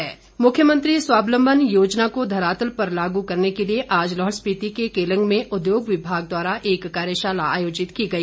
स्वावलंबन योजना मुख्यमंत्री स्वावलंबन योजना को धरातल पर लागू करने के लिए आज लाहौल स्पिति के केलंग में उद्योग विमाग द्वारा एक कार्यशाला आयोजित की गई